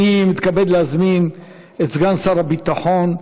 אני מתכבד להזמין את סגן שר הביטחון,